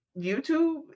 YouTube